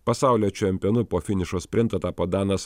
pasaulio čempionu po finišo sprinto tapo danas